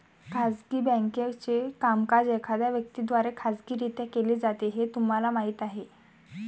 खाजगी बँकेचे कामकाज एखाद्या व्यक्ती द्वारे खाजगीरित्या केले जाते हे तुम्हाला माहीत आहे